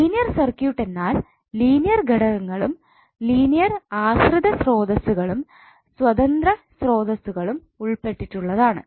linear circuit എന്നാൽ linear ഘടകങ്ങളും linear ആശ്രിത സ്രോതസ്സ് കളും സ്വതന്ത്ര സ്രോതസ്സ് കളും ഉൾപ്പെട്ടിട്ടുള്ളതാണ്